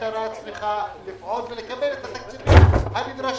המשטרה צריכה לפעול ולקבל את התקציבים הנדרשים,